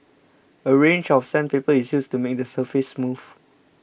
a range of sandpaper is used to make the surface smooth